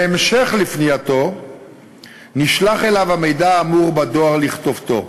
בהמשך לפנייתו נשלח אליו המידע האמור בדואר לכתובתו.